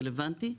זה רלוונטי,